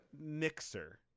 Mixer